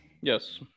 Yes